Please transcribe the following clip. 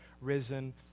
risen